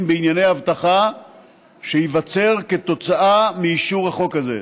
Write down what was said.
בענייני אבטחה שייווצר כתוצאה מאישור החוק הזה.